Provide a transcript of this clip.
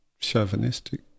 chauvinistic